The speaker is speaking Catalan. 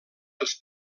els